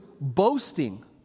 boasting